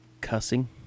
cussing